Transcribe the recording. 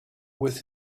with